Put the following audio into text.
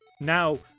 Now